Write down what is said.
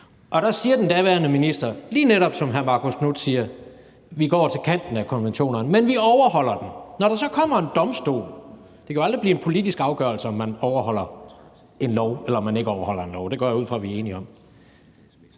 Der sagde den daværende minister, lige netop som hr. Marcus Knuth siger: Vi går til kanten af konventionerne, men vi overholder dem. Det, der undrer mig her, er, at når der så kommer en dom fra en domstol – det kan jo aldrig blive en politisk afgørelse, om man overholder en lov, eller om man ikke overholder en lov, det går jeg ud fra vi er enige om